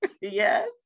Yes